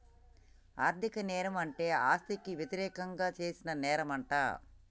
ఆర్ధిక నేరం అంటే ఆస్తికి యతిరేకంగా చేసిన నేరంమంట